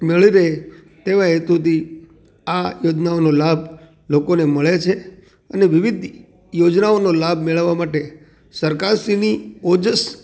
મળી રહે તેવા હેતુથી આ યોજનાઓનો લાભ લોકોને મળે છે અને વિવિધ યોજનાઓનો લાભ મેળવવા માટે સરકારશ્રીની ઓજસ